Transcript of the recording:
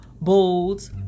bold